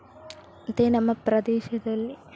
ಮತ್ತೆ ನಮ್ಮ ಪ್ರದೇಶದಲ್ಲಿ